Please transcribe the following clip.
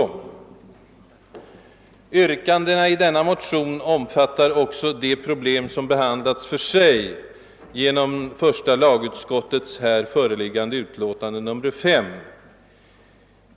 | Yrkandena i vår partimotion omfattar också de problem, som behandlas för sig i första lagutskottets nu föreliggande utlåtande nr 5.